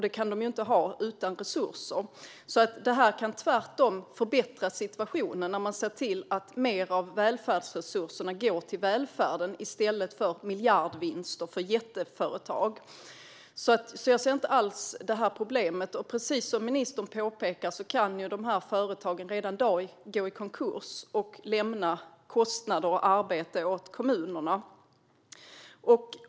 Det kan de inte ha utan resurser, så när man ser till att mer av resurserna går till välfärden i stället för till miljardvinster för jätteföretag kan det tvärtom förbättra situationen. Jag ser inte alls det här problemet, och precis som ministern påpekar kan de här företagen redan i dag gå i konkurs och lämna kostnader och arbete åt kommunerna.